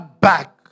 Back